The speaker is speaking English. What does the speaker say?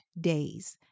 days